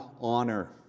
honor